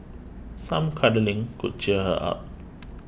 some cuddling could cheer her up